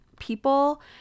people